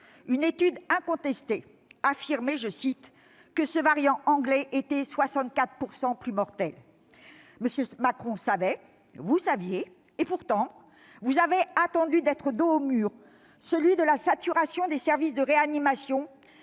une étude incontestée affirmait que ce variant anglais était « 64 % plus mortel ». M. Macron le savait, vous saviez ; pourtant, vous avez attendu d'être dos au mur, celui de la saturation des services de réanimation,